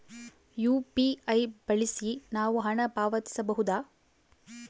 UPI ಬಳಸಿ ನಾವು ಹಣ ಪಾವತಿಸಬಹುದಾ?